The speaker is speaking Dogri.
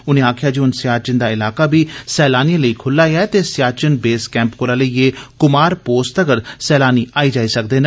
उने आक्खेआ जे हून सियाचीन दा इलाका बी सैलानिए लेई खूल्ला ऐ ते सियाचीन र्बेस कैम्प कोला लेइयै कुमार पोस्ट तगर सैलानी आई जाई सकदे न